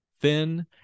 thin